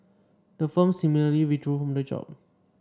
the firm similarly withdrew from the job